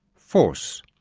force,